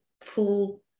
full –